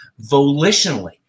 volitionally